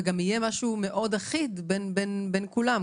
וגם שיהיה משהו מאוד אחיד בין כולם?